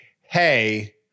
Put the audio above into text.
hey